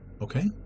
Okay